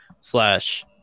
slash